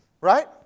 right